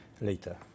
later